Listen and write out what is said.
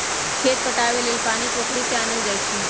खेत पटाबे लेल पानी पोखरि से आनल जाई छै